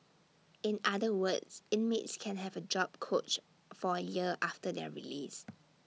in other words inmates can have A job coach for A year after their release